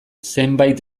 zenbait